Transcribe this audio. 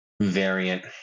variant